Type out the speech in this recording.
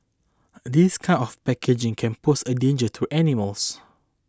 this kind of packaging can pose a danger to animals